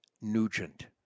Nugent